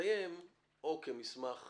ולסיים או כמסמך